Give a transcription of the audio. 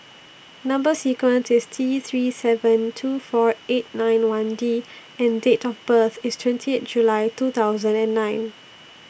Number sequence IS T three seven two four eight nine one D and Date of birth IS twenty eight July two thousand and nine